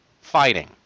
fighting